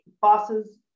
bosses